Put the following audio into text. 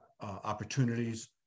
opportunities